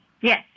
Yes